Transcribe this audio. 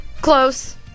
close